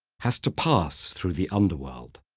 has to pass through the underworld.